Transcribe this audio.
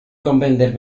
comprender